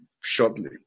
shortly